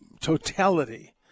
totality